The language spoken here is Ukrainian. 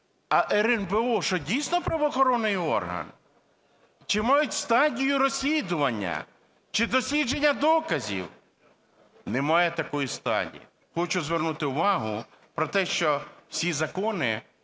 а РНБО, що, дійсно, правоохоронний орган? Чи мають стадію розслідування? Чи дослідження доказів? Немає такої стадії. Хочу звернути увагу про те, що всі закони